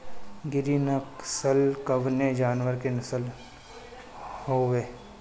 गिरी नश्ल कवने जानवर के नस्ल हयुवे?